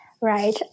right